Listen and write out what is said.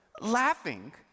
laughing